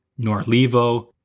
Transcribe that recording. Norlevo